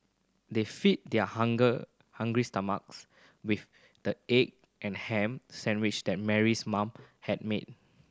they fed their hunger hungry stomachs with the egg and ham sandwiches that Mary's mother had made